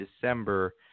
December